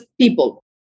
people